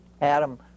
Adam